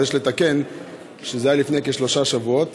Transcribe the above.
אבל יש לתקן שזה היה לפני כשלושה שבועות,